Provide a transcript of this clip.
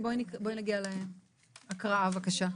בואי נגיע להקראה בבקשה.